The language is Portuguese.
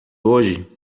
hoje